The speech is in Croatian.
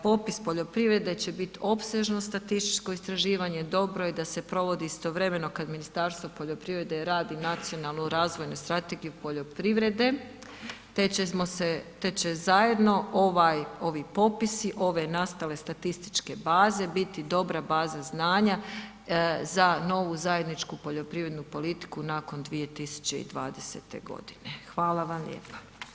Popis poljoprivrede će bit opsežno statističko istraživanje, dobro je da se provodi istovremeno kad Ministarstvo poljoprivrede radi Nacionalnu razvoju strategiju poljoprivrede te će zajedno ovi popisi, ove nastale statističke baze biti dobra baza znanja za ovu zajedničku poljoprivrednu politiku nakon 2020. g., hvala vam lijepa.